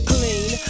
Clean